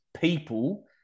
people